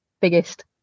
biggest